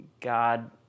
God